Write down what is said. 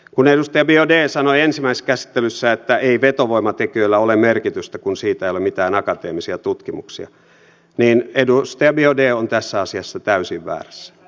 kun edustaja biaudet sanoi ensimmäisessä käsittelyssä että ei vetovoimatekijöillä ole merkitystä kun siitä ei ole mitään akateemisia tutkimuksia niin edustaja biaudet on tässä asiassa täysin väärässä